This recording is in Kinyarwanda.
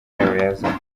nyirabayazana